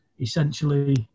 essentially